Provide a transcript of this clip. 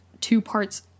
two-parts